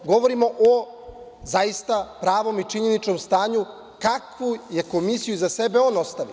Govorimo zaista o pravom i činjeničnom stanju kakvu je Komisiju iza sebe on ostavio.